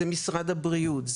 זה משרד הבריאות,